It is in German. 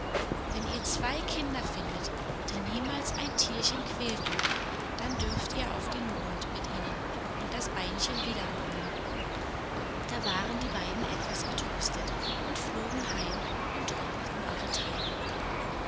wenn ihr zwei kinder findet die niemals ein tierchen quälten dann dürft ihr auf den mond mit ihnen und das beinchen wiederholen da waren die beiden etwas getröstet und flogen heim und trockneten ihre tränen